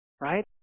Right